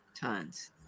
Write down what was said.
Tons